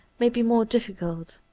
may be more difficult.